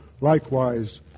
Likewise